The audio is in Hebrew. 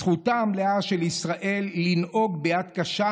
זכותה המלאה של ישראל לנהוג ביד קשה